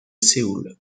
séoul